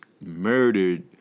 murdered